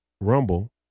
Rumble